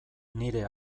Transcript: nire